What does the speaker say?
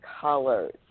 colors